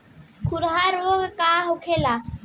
खुरहा रोग का होला?